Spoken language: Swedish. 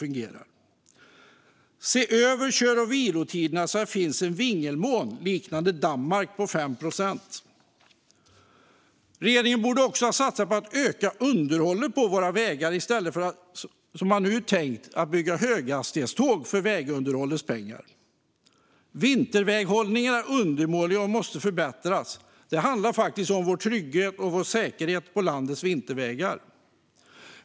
Vi behöver se över kör och vilotiderna och införa en vingelmån på 5 procent liknande den i Danmark. Regeringen borde ha satsat på att öka underhållet på våra vägar i stället för att, som man nu tänker göra, bygga höghastighetståg för vägunderhållspengar. Vinterväghållningen är undermålig och måste förbättras. Det handlar faktiskt om vår trygghet och säkerhet på landets vintervägar.